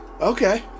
okay